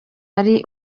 ari